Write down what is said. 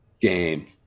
game